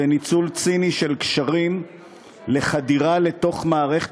זהו ניצול ציני של קשרים לחדירה לתוך מערכת